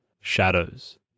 shadows